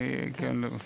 בבקשה.